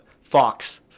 Fox